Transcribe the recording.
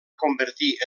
convertir